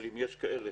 אבל אם יש כאלה